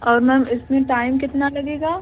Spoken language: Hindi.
और मैम इसमें टाइम कितना लगेगा